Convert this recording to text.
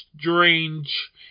strange